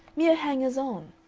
mere hangers on.